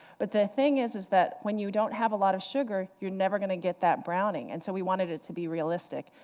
but this thing is, that when you don't have a lot of sugar, you're never going to get that browning, and so we wanted it to be realistic.